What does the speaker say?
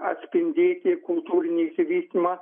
atspindėti kultūrinį išsivystymą